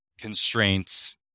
constraints